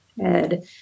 head